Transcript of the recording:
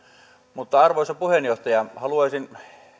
mutta arvoisa puheenjohtaja haluaisin